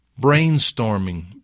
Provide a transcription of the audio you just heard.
Brainstorming